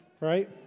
right